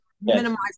minimize